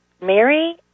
Mary